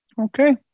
Okay